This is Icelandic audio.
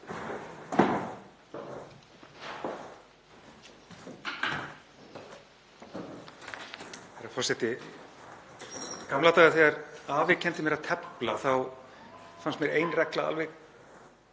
Herra forseti. Í gamla daga þegar afi kenndi mér að tefla þá fannst mér ein regla alveg